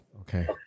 okay